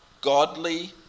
godly